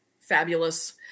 fabulous